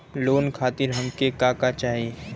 Loan खातीर हमके का का चाही?